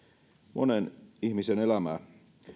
monen ihmisen elämää